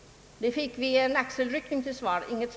Svaret var en axelryckning.